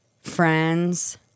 friends